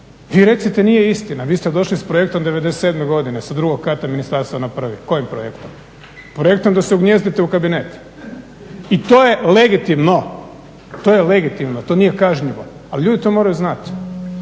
Vi recite nije istina, vi ste došli s projektom '97. godine sa drugog kata ministarstva na prvi. Kojim projektom? Projektom da se ugnijezdite u kabinet. I to je legitimno. To je legitimno, to nije kažnjivo, ali ljudi to moraju znati,